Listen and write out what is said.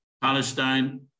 Palestine